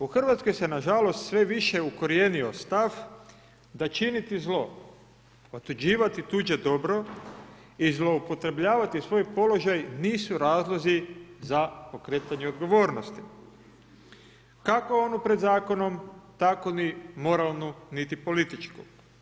U Hrvatskoj se nažalost sve više ukorijenio stav da činiti zlo, otuđivati tuđe dobro i zloupotrebljavati svoj položaj nisu razlozi za pokretanje odgovornosti kako ono pred zakonom tako ni moralnu niti političku.